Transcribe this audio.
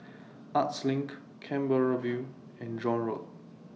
Arts LINK Canberra View and John Road